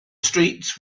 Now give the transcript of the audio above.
streets